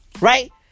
Right